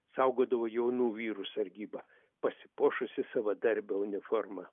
saugodavo jaunų vyrų sargyba pasipuošusi savadarbe uniforma